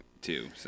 two